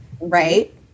right